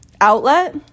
outlet